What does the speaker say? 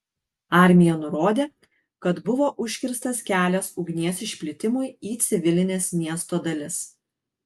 armija nurodė kad buvo užkirstas kelias ugnies išplitimui į civilines miesto dalis